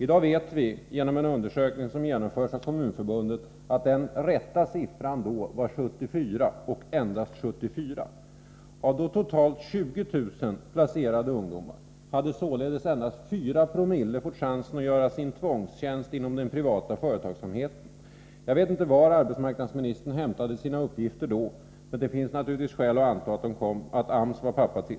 I dag vet vi, genom en undersökning som genomförts av Kommunförbundet, att den rätta siffran var 74 och endast 74. Av totalt 20 000 placerade ungdomar — vilket var det aktuella antalet då — hade således endast 4900 fått chansen att göra sin tvångstjänst inom den privata företagsamheten. Jag vet inte var arbetsmarknadsministern hämtade sina uppgifter den gången, men det finns skäl att anta att AMS var pappa till